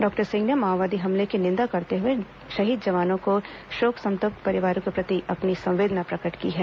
doctor Singh ने माओवादी हमले की निंदा करते हुए शहीद जवानों के शोक संतप्त परिवारों के प्रति अपनी संवेदना प्रकट की है